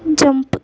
jump